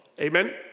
Amen